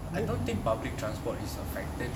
I don't think public transport is affected